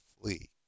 flee